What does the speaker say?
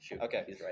Okay